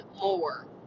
more